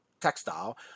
Textile